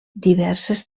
diverses